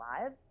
lives